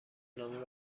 نام